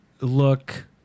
look